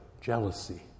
jealousy